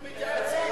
אנחנו מתייעצים.